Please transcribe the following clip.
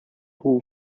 all